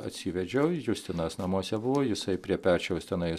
atsivedžiau justinas namuose buvo jisai prie pečiaus tenai